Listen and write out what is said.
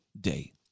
day